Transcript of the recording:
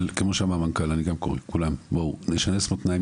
אבל כמו שאמר המנכ"ל אני גם קורא לכולם: בואו נשנס מותניים.